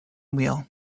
wheel